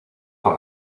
con